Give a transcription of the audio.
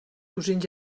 cosins